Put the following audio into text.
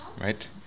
right